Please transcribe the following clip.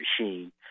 machine